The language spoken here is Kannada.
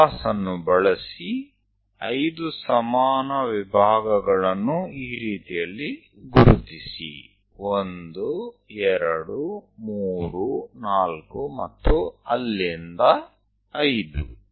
ಕಂಪಾಸ್ ಅನ್ನು ಬಳಸಿ 5 ಸಮಾನ ವಿಭಾಗಗಳನ್ನು ಈ ರೀತಿಯಲ್ಲಿ ಗುರುತಿಸಿ 1 2 3 4 ಮತ್ತು ಅಲ್ಲಿಂದ 5